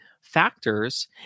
factors